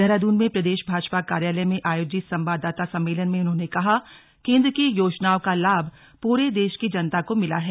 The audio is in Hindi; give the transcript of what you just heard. देहरादून में प्रदेश भाजपा कार्यालय में आयोजित संवाददाता सम्मेलन में उन्होंने कहा कि केंद्र की योजनाओं का लाभ पूरे देश की जनता को मिला है